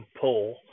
pull